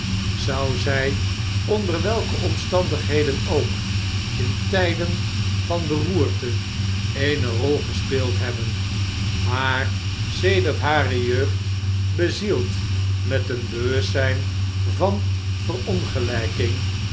zou zij onder welke omstandigheden ook in tjjden van beroerte eene rol gespeeld hebben maar sedert hare jeugd bezield met een bewustzjjn van verongelijking